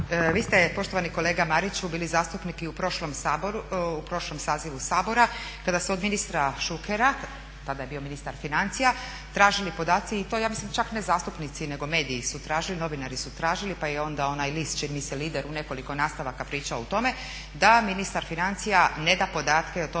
Vi ste poštovani kolega Mariću bili zastupnik i u prošlom sazivu Sabora kada su se od ministra Šukera, tada je bio ministar financija, tražili podaci i to ja mislim čak ne zastupnici nego mediji su tražili, novinari su tražili pa je onda onaj list čini mi se "Lider" u nekoliko nastavaka pričao o tome da ministar financija ne da podatke o tome